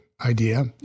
idea